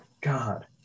God